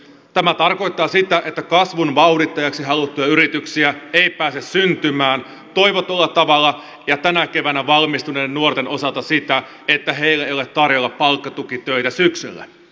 tämä tarkoittaa sitä että kasvun vauhdittajaksi haluttuja yrityksiä ei pääse syntymään toivotulla tavalla ja tänä keväänä valmistuneitten nuorten osalta sitä että heille ei ole tarjolla palkkatukitöitä syksyllä